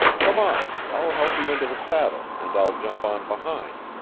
come on, i'll help you into the saddle and i'll jump on behind.